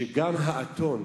שגם האתון